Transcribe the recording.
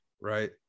right